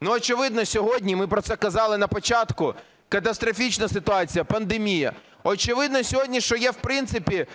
очевидно сьогодні, ми про це казали на початку, катастрофічна ситуація – пандемія. Очевидно сьогодні, що є в принципі